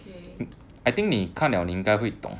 okay